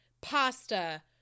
pasta